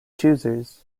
choosers